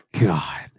God